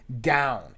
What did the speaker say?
down